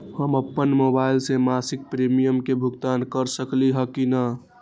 हम अपन मोबाइल से मासिक प्रीमियम के भुगतान कर सकली ह की न?